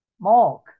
Mark